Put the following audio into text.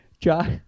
Josh